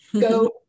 Go